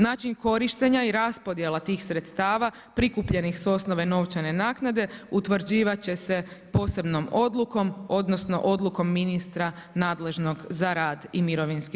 Način korištenja i raspodjela tih sredstva prikupljenih s osnove novčane naknade, utvrđivat će se posebnom odlukom, odnosno odlukom ministra nadležnog za rad i mirovinski